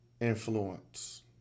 influence